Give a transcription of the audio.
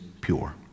pure